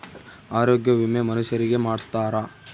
ಆರೊಗ್ಯ ವಿಮೆ ಮನುಷರಿಗೇ ಮಾಡ್ಸ್ತಾರ